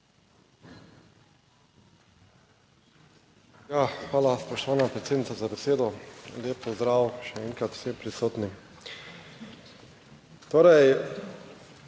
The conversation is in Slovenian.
Hvala, spoštovana predsednica, za besedo. Lep pozdrav še enkrat vsem prisotnim! Torej,